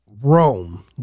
Rome